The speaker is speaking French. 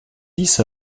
dix